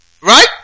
Right